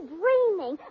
dreaming